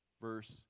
verse